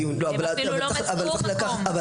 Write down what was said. הם אפילו לא מצאו מקום --- לא,